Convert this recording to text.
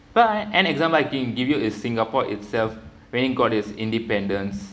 but an example I can give you is singapore itself when it got its independence